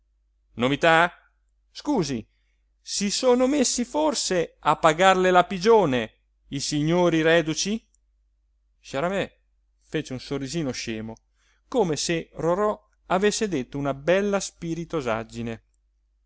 novità scusi si sono messi forse a pagarle la pigione i signori reduci sciaramè fece un sorrisino scemo come se rorò avesse detto una bella